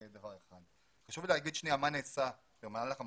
חשוב לומר מה נעשה במהלך המשבר.